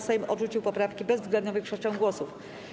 Sejm odrzucił poprawki bezwzględną większością głosów.